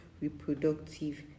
reproductive